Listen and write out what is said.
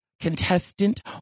contestant